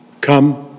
come